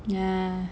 yeah